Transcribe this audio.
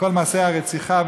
עם כל מעשי הרצח שם,